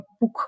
book